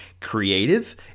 creative